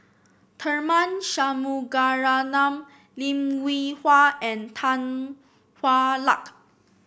Tharman Shanmugaratnam Lim Hwee Hua and Tan Hwa Luck